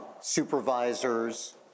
supervisors